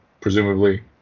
presumably